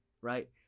right